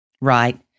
Right